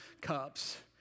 cups